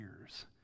years